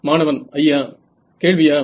மாணவன் ஐயா கேள்வியா